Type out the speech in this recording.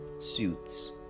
suits